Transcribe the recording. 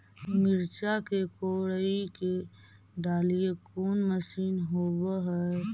मिरचा के कोड़ई के डालीय कोन मशीन होबहय?